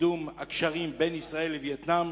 בקידום הקשרים בין ישראל לווייטנאם.